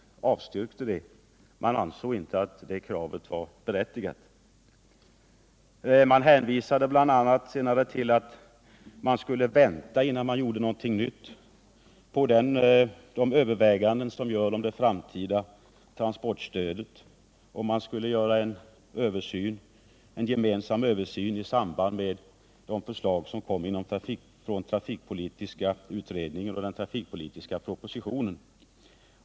Man ansåg inte att kravet var berättigat. Man hänvisade senare till att man innan någonting nytt gjordes skulle vänta på övervägandena om det framtida transportstödet. En gemensam översyn skulle göras i samband med de förslag som kom från trafikpolitiska utredningen och i den utlovade trafikpolitiska propositionen.